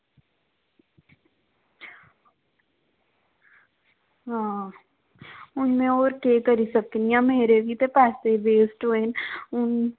आं हून में होर केह् करी सकनी आं मेरे बी ते पंज सौ वेस्ट होए न